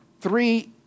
three